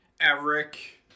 Eric